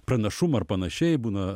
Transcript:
pranašumą ar panašiai būna